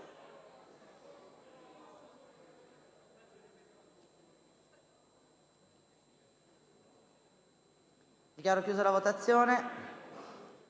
Dichiaro aperta la votazione.